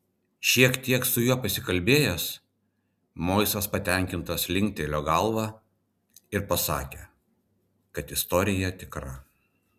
šiek tiek su juo pasikalbėjęs moisas patenkintas linktelėjo galva ir pasakė kad istorija tikra